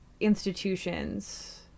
institutions